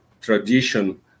tradition